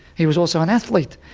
he was also an athlete.